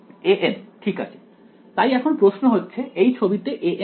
an ঠিক আছে তাই এখন প্রশ্ন হচ্ছে এই ছবিতে an কি